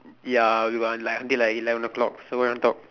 ya we got like until like eleven o'clock so what you want to talk